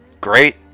Great